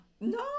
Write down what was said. no